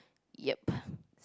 yep